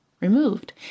removed